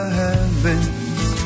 heavens